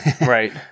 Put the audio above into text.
right